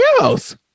else